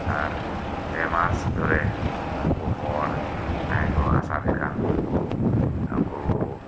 ᱟᱨ ᱯᱮ ᱢᱟᱥ ᱫᱷᱚᱨᱮ ᱩᱱᱠᱩ ᱦᱚᱲ ᱡᱟᱦᱟᱸᱭ ᱠᱚ ᱟᱥᱟᱢᱤ ᱠᱟᱱ ᱩᱱᱠᱩ ᱩᱱᱠᱩ